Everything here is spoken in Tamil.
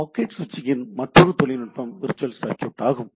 எனவே பாக்கெட் சுவிட்சிங் இன் மற்றொரு தொழில்நுட்பம் விர்ச்சுவல் சர்க்யூட் ஆகும்